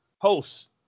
hosts